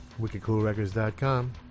WickedCoolRecords.com